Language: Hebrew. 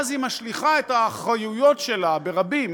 ואז היא משליכה את האחריויות שלה, ברבים,